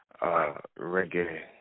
reggae